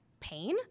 pain